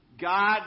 God